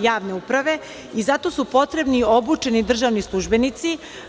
javne uprave, i zato su potrebni javni obučeni državni službenici.